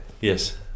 yes